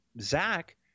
Zach